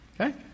Okay